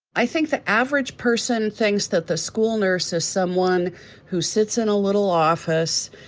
i think the average person thinks that the school nurse is someone who sits in a little office,